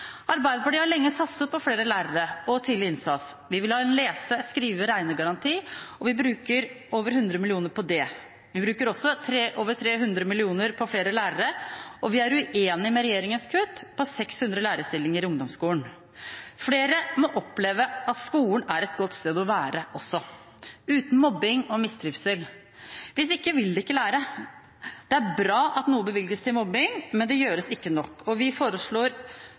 Arbeiderpartiet har lenge satset på flere lærere og tidlig innsats. Vi vil ha en lese-, skrive- og regnegaranti, og vi bruker over 100 mill. kr på det. Vi bruker også over 300 mill. kr på flere lærere, og vi er uenige i regjeringens kutt på 600 lærerstillinger i ungdomskolen. Flere må oppleve skolen som et godt sted å være også, uten mobbing og mistrivsel. Hvis ikke vil de ikke lære. Det er bra at noe bevilges når det gjelder mobbing, men det gjøres ikke nok. Vi foreslår